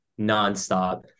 nonstop